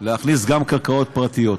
להכניס גם קרקעות פרטיות.